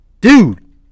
Dude